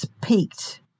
piqued